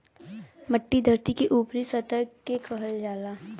मट्टी धरती के ऊपरी सतह के कहल जाला